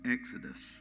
Exodus